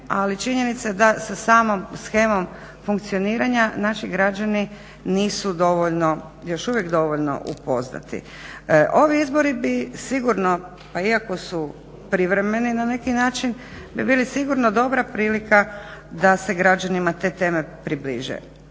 ali činjenica da sa samom shemom funkcioniranja naši građani nisu dovoljno, još uvijek dovoljno upoznati. Ovi izbori bi sigurno pa iako su privremeni na neki način bi bili sigurno dobra prilika da se građanima te teme približe.